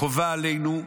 חובה עלינו,